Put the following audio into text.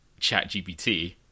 ChatGPT